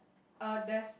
uh there's